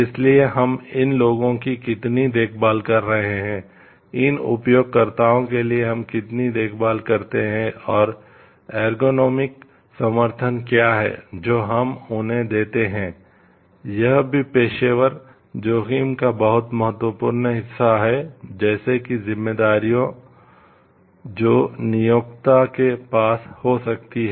इसलिए हम इन लोगों की कितनी देखभाल कर रहे हैं इन उपयोगकर्ताओं के लिए हम कितनी देखभाल करते हैं और एर्गोनोमिक समर्थन क्या है जो हम उन्हें देते हैं यह भी पेशेवर जोखिम का बहुत महत्वपूर्ण हिस्सा है जैसे कि जिम्मेदारियां जो नियोक्ता के पास हो सकती हैं